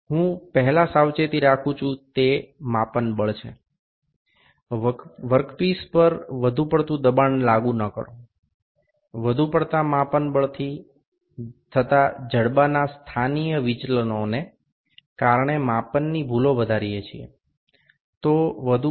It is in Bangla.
আমি প্রথম সতর্কতা হিসাবে বলব পরিমাপের বল কাজের টুকরোটি তে অতিরিক্ত বল প্রয়োগ করবেন না অতিরিক্ত বল প্রয়োগের ফলে বাহুর অবস্থানগত বিচ্যুতির কারণে পরিমাপের ত্রুটি সৃষ্টি হতে পারে